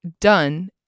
done